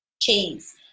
cheese